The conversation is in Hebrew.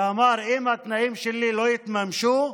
ואמר: אם התנאים שלי לא יתממשו,